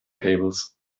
cables